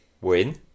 win